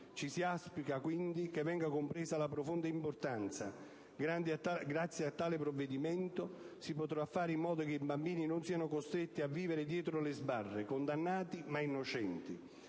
Si auspica, quindi, che ne venga compresa la profonda importanza. Grazie a tale provvedimento si potrà fare in modo che i bambini non siano costretti a vivere dietro le sbarre, condannati ma innocenti.